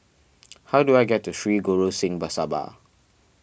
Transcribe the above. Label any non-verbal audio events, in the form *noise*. how do I get to Sri Guru Singh *unintelligible*